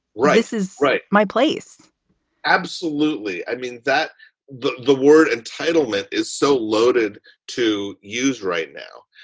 raices right. my place absolutely. i mean that the the word entitlement is so loaded to use right now.